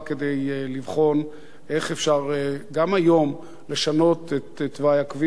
כדי לבחון איך אפשר גם היום לשנות את תוואי הכביש